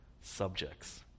subjects